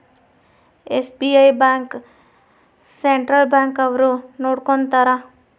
SBI bank central bank ಅವ್ರು ನೊಡ್ಕೋತರ